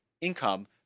income